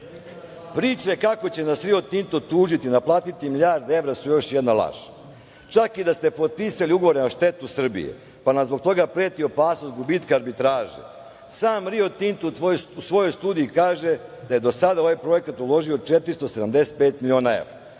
kako će nas "Rio Tinto" tužiti, naplatiti milijarde evra, su još jedna laž. Čak i da ste potpisali ugovore na štetu Srbije, pa nam zbog toga preti opasnost gubitka arbitraže, sam "Rio Tinto" u svojoj studiji kaže da je do sada u ovaj projekat uložio 475 miliona evra.